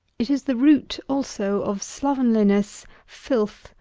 it is the root, also, of slovenliness, filth,